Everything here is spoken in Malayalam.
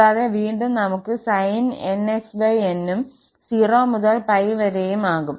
കൂടാതെ വീണ്ടും നമുക് sinnxnഉം 0 മുതൽ 𝜋 വരെയും ആകും